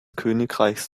königreichs